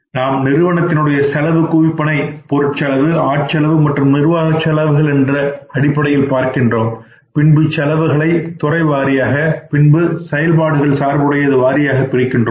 நாம் நிறுவனத்தினுடைய செலவுக்குவிப்பினை பொருட்செலவு ஆட் செலவு மற்றும் நிர்வாகச் செலவுகள் என்கின்ற அடிப்படையில்பார்க்கின்றோம் பின்பு இச்செலவுகளை துறைவாரியாக பின்பு செயல்பாடுகள் சார்புடையது வாரியாக பிரிக்கின்றோம்